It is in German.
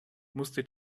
musste